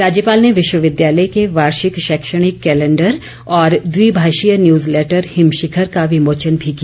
राज्यपाल ने विश्वविद्यालय के वार्षिक शैक्षणिक कैलेन्डर और द्वि भाषीय न्यूज लैटर हिम शिखर का विमोचन भी किया